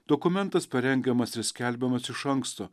dokumentas parengiamas ir skelbiamas iš anksto